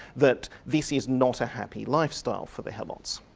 that this is not a happy lifestyle for the helots.